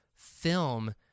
Film